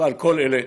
ועל כל אלה,